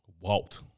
Walt